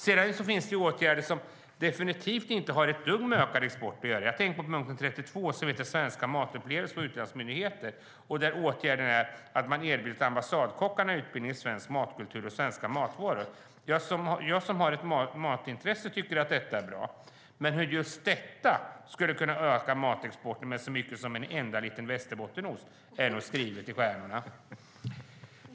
Sedan finns åtgärder som definitivt inte har ett dugg med ökad export att göra. Jag tänker på punkten 32 om svenska matupplevelser på utlandsmyndigheter. Åtgärden är att ambassadkockarna har erbjudits utbildning i svensk matkultur och svenska matvaror. Jag som har ett matintresse tycker att detta är bra. Men hur detta kan öka matexporten med så mycket som en enda liten västerbottenost är nog skrivet i stjärnorna.